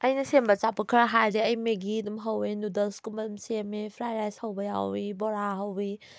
ꯑꯩꯅ ꯁꯦꯝꯕ ꯑꯆꯥꯄꯣꯠ ꯈꯔ ꯍꯥꯏꯔꯗꯤ ꯑꯩ ꯃꯦꯒꯤ ꯑꯗꯨꯝ ꯍꯧꯋꯦ ꯅꯨꯗꯜꯁꯀꯨꯝꯕ ꯑꯗꯨꯝ ꯁꯦꯝꯃꯦ ꯐ꯭ꯔꯥꯏ ꯔꯥꯏꯁ ꯍꯧꯕ ꯌꯥꯎꯋꯤ ꯕꯣꯔꯥ ꯍꯧꯋꯤ